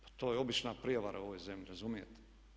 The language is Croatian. Pa to je obična prijevara u ovoj zemlji, razumijete?